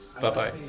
Bye-bye